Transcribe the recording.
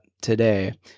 today